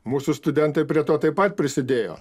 mūsų studentai prie to taip pat prisidėjo